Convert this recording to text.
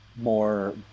more